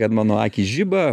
kad mano akys žiba